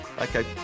Okay